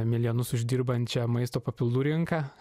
milijonus uždirbančią maisto papildų rinką